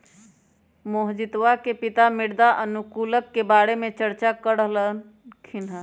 मोहजीतवा के पिताजी मृदा अनुकूलक के बारे में चर्चा कर रहल खिन हल